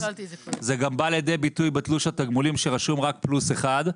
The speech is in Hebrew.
זה גם בא לידי ביטוי בתלוש התגמולים שכתוב רק פלוס אחד.